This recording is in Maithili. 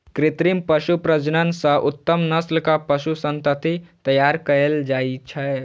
कृत्रिम पशु प्रजनन सं उत्तम नस्लक पशु संतति तैयार कएल जाइ छै